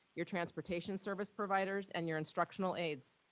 your transportation service providers, and your instructional aides.